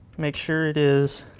make sure it is